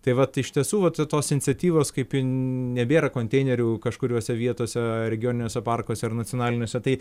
tai vat iš tiesų vat tos iniciatyvos kaip nebėra konteinerių kažkuriose vietose regioniniuose parkuose ar nacionaliniuose tai